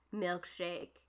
milkshake